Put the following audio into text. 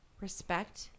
respect